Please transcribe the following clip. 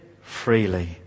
freely